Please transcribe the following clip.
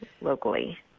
Locally